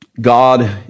God